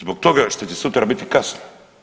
Zbog toga što će sutra biti kasno.